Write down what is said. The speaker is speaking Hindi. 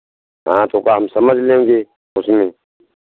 हाँ तो काम समझ लेंगे उसमें